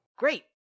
great